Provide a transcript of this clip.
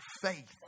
faith